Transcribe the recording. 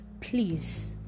please